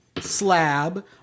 slab